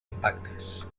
impactes